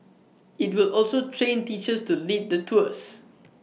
IT will also train teachers to lead the tours